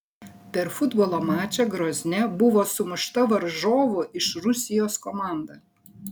per futbolo mačą grozne buvo sumušta varžovų iš rusijos komanda